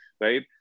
right